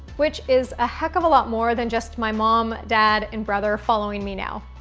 which is a heck of a lot more than just my mom, dad, and brother following me now.